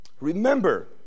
Remember